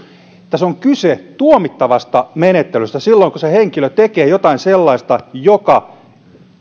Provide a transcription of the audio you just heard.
tässä on kyse tuomittavasta menettelystä silloin kun henkilö tekee jotain sellaista joka